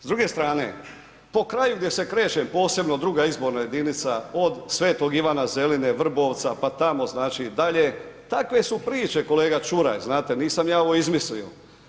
S druge strane, po kraju gdje se krećem, posebno 2. izborna jedinica od Svetog Ivana Zeline, Vrbovca pa tamo dalje takve su priče kolega Čuraj, znate, nisam ja ovo izmislio.